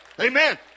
Amen